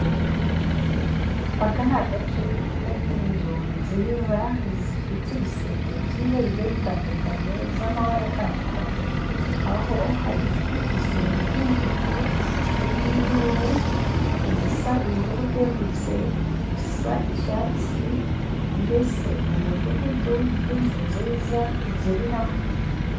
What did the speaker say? Aka ni agace karimo inzu nziza zifite ibisenge byiza bigiye bitandukanye z'amabara atandukanye, aho hari izifite ibisenge by'umutuku, iby'ivu, ibisa ubururu bwerurutse, ibisa icyatsi, mbese ni umudugudu w'inzu nziza ziri hamwe.